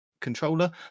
controller